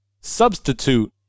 substitute